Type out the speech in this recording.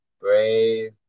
Brave